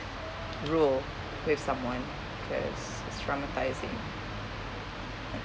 rule with someone cause it's traumatising